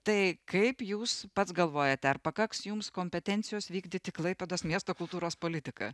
tai kaip jūs pats galvojate ar pakaks jums kompetencijos vykdyti klaipėdos miesto kultūros politiką